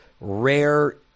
rare